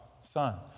son